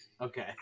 okay